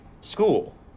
school